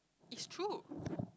is true